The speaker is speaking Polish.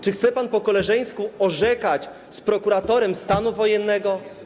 Czy chce pan po koleżeńsku orzekać z prokuratorem stanu wojennego?